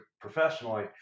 professionally